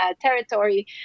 territory